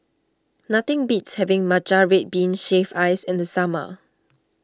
nothing beats having Matcha Red Bean Shaved Ice in the summer